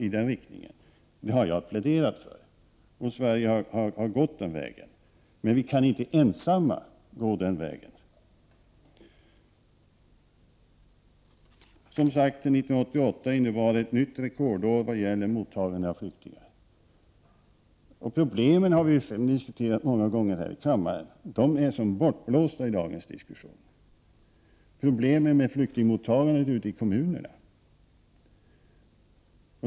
Detta har jag pläderat för, och Sverige har gått den vägen. Men vi kan inte ensamma gå den vägen. 1988 innebar som sagt ett nytt rekordår i vad gäller mottagande av flyktingar. Problemen, problemen med flyktingmottagning ute i kommunerna, har vi diskuterat många gånger här i kammaren — de är som bortblåsta i dagens diskussion.